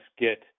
get